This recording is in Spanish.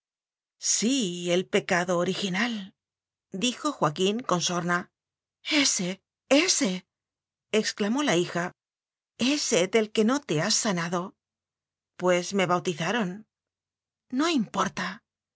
sí el pecado originaldijo joaquín con sorna ese ese exclamó la hija ese del que no te has sanado pues me bautizaron no importa